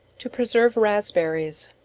to preserve raspberries.